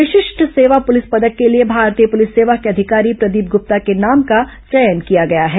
विशिष्ट सेवा पुलिस पदक के लिए भारतीय पुलिस सेवा के अधिकारी प्रदीप ग्रप्ता के नाम का चयन किया गया है